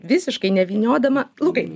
visiškai nevyniodama lukai